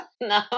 No